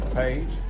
page